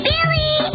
Billy